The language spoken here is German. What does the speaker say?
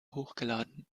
hochgeladen